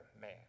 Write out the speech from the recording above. man